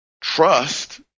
trust